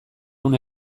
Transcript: ehun